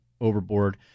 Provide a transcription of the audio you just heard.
overboard